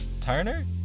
Turner